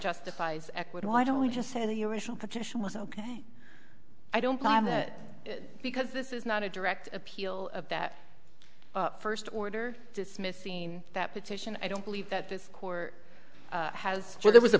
justifies equity why don't we just say the original petition was ok i don't mind that because this is not a direct appeal of that first order dismissed seen that petition i don't believe that this court has sure there was a